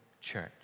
church